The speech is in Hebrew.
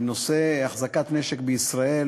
נושא החזקת נשק בישראל,